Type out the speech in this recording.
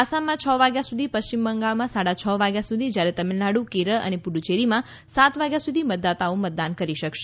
આસામમાં છ વાગ્યા સુધી પશ્ચિમ બંગાળમાં સાડા છ વાગ્યા સુધી જ્યારે તમિલનાડ઼ કેરળ પુફ્યેરીમાં સાત વાગ્યા સુધી મતદાતાઓ મત કરી શકશે